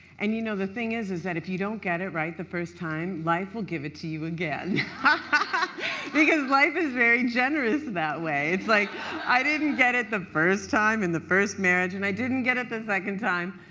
and you know the thing is is if you don't get it right the first time, life will give it to you again. ah because life is very generous that way. it's like i didn't get it the first time, in the first marriage, and i didn't get it the second time,